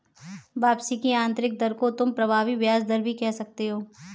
वापसी की आंतरिक दर को तुम प्रभावी ब्याज दर भी कह सकते हो